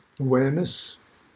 awareness